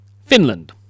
Finland